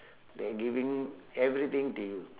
they giving everything to you